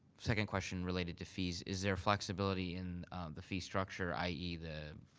second question related to fees. is there flexibility in the fee structure, i e. the,